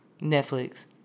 Netflix